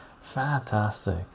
fantastic